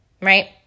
right